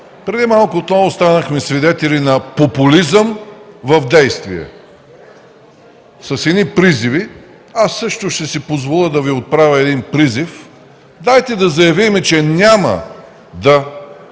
Преди малко отново станахме свидетели на популизъм в действие с едни призиви. Аз също ще си позволя да Ви отправя един призив: дайте да заявим, че няма да